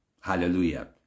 Hallelujah